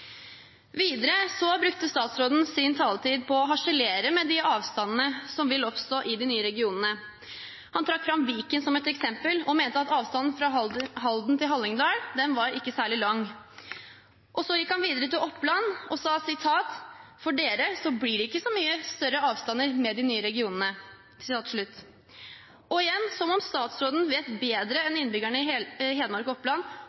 Videre brukte statsråden sin taletid på å harselere med de avstandene som vil oppstå i de nye regionene. Han trakk fram Viken som et eksempel og mente at avstanden fra Halden til Hallingdal ikke var særlig lang. Og så gikk han videre til Oppland og sa at for dem ble det ikke så mye større avstander med de nye regionene. Igjen: Som om statsråden vet bedre enn innbyggerne i Hedmark og Oppland